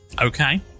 Okay